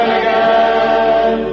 again